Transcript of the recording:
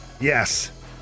Yes